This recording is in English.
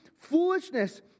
foolishness